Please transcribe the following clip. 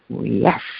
Yes